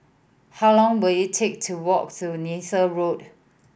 how long will it take to walk to Neythal Road